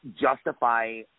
justify